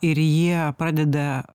ir jie padeda